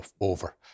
over